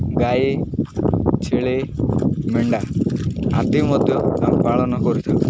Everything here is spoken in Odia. ଗାଈ ଛେଳି ମେଣ୍ଢା ଆଦି ମଧ୍ୟ ପାଳନ କରିଥାଉ